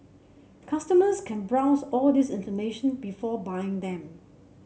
customers can browse all this information before buying them